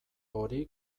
hori